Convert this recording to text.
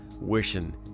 wishing